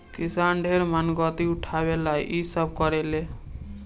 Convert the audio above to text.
किसान ढेर मानगती उठावे ला इ सब करेले